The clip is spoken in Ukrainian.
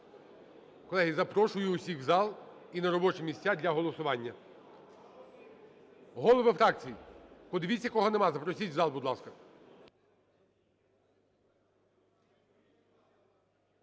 Колеги, запрошую всіх у зал і на робочі місця для голосування. Голови фракцій, подивіться, кого немає, запросіть у зал, будь ласка.